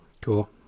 Cool